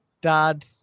dad